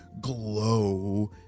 glow